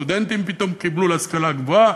הסטודנטים פתאום קיבלו להשכלה הגבוהה,